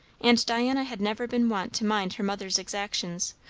and diana had never been wont to mind her mother's exactions,